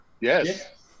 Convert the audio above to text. Yes